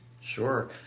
Sure